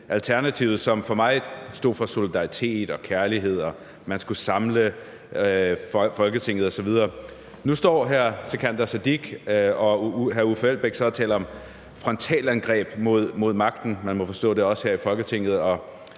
Alternativet, som for mig stod for solidaritet, kærlighed og det, at man skulle samle Folketinget osv. Nu står hr. Sikandar Siddique og hr. Uffe Elbæk så og taler om frontalangreb mod magten – man må forstå, at det er os her i Folketinget